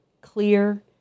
clear